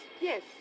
yes